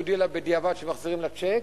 שלא יודיעו לה בדיעבד שמחזירים לה צ'ק